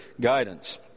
guidance